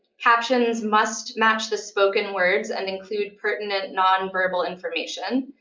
captions must match the spoken words and include pertinent nonverbal information.